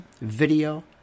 video